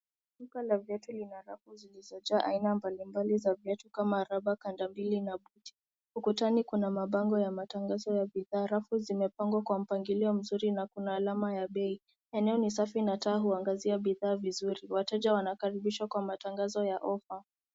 Duka la viatu lina rafu zilizojaa aina mbalimbali za viatu kama raba , kanda mbili na buti. Ukutani kuna mabango ya bidhaa rafu zimepangwa kwa mpangilio mzuri na kuna alama ya bei . Eneo ni safi na taa huangazia bidhaa vizuri, wateja wanakaribishwa kwa matangazo ya offa.